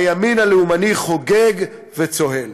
הימין הלאומני חוגג וצוהל.